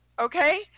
Okay